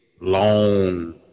long